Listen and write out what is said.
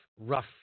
rough –